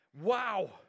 wow